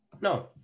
No